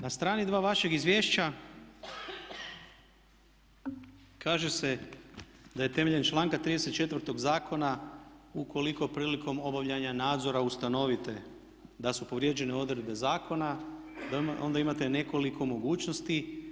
Na strani 2 vašeg izvješća kaže se da je temeljem članka 34. zakona ukoliko prilikom obavljanja nadzora ustanovite da su povrijeđene odredbe zakona onda imate nekoliko mogućnosti.